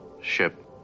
ship